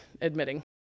admitting